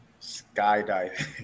skydiving